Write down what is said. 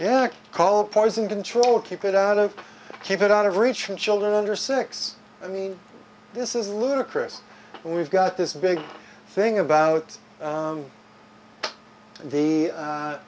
yak call poison control keep it out of keep it out of reach for children under six i mean this is ludicrous and we've got this big thing about the